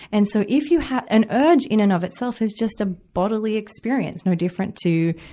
and so, if you have an urge, in and of itself, is just a bodily experience, no different to,